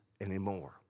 anymore